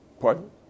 Pardon